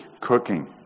cooking